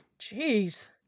Jeez